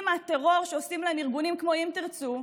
מהטרור שעושים להם ארגונים כמו אם תרצו,